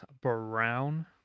brown